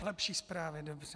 Lepší zprávy, dobře.